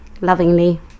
lovingly